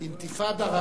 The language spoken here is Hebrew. "אינתיפאדה",